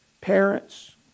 Parents